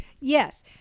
Yes